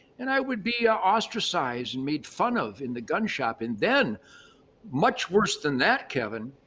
and i would be ah ostracized and made fun of in the gun shop and then much worse than that kevin,